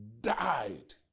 died